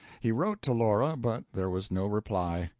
he wrote to laura, but there was no reply.